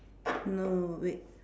no wait